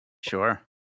sure